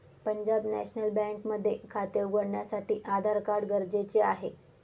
Punjab national bank मध्ये खाते उघडण्यासाठी आधार कार्ड गरजेचे आहे